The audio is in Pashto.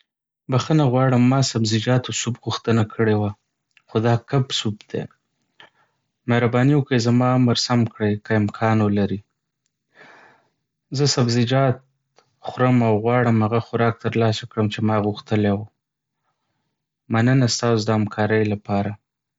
بخښنه غواړم، ما سبزیجاتو سوپ غوښتنه کړې وه، خو دا کب سوپ دی. مهرباني وکړئ زما امر سم کړئ که امکان ولري. زه سبزیجات خورم او غواړم هغه خوراک ترلاسه کړم چې ما غوښتلی و. مننه ستاسو د همکارۍ لپاره.